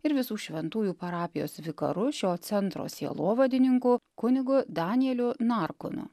ir visų šventųjų parapijos vikaru šio centro sielovadininku kunigu danieliu narkunu